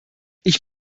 ich